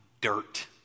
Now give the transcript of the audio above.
dirt